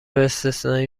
استثنایی